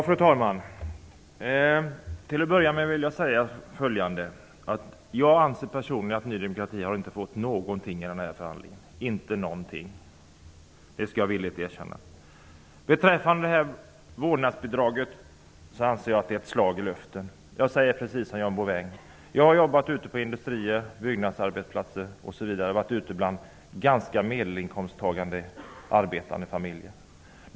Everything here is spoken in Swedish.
Fru talman! Till att börja med vill jag säga att jag personligen anser att Ny demokrati inte har fått någonting i denna förhandling, inte någonting. Det skall jag villigt erkänna. Beträffande vårdnadsbidraget anser jag det vara ett slag i luften. Jag håller med John Bouvin. Jag har varit ute på industrier, på byggarbetsplatser och ute bland arbetarfamiljer med medelinkomster.